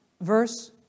verse